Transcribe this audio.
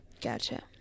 Gotcha